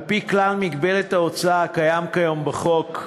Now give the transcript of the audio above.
על-פי כלל מגבלת ההוצאה הקיים כיום בחוק,